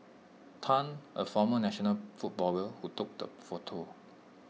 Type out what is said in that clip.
Tan A former national footballer who took the photo